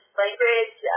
language